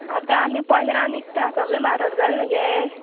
आतां आमी पंदरान विकता सगळें म्हारग जाला न्हू गे